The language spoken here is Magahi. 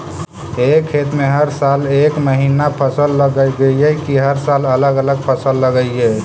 एक खेत में हर साल एक महिना फसल लगगियै कि हर साल अलग अलग फसल लगियै?